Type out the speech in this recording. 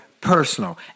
personal